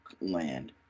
land